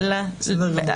ראש.